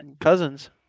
cousins